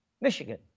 Michigan